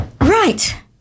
Right